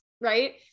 right